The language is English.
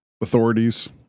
authorities